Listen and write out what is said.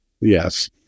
Yes